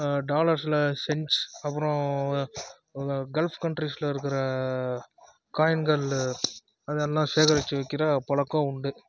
டால்ர்ஸில் cents அப்றம் ஒரு gulf கன்ட்ரீஸில் இருக்கிற காயின்கள் அதெல்லாம் சேகரித்து வைக்கிற பழக்கம் உண்டு